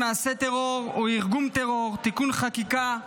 מעשה טרור או עם ארגון טרור (תיקוני חקיקה),